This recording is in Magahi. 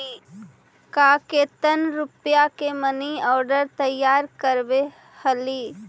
तु केतन रुपया के मनी आर्डर तैयार करवैले हहिं?